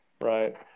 right